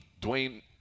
Dwayne –